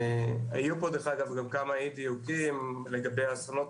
היו פה כמה אי-דיוקים לגבי האסונות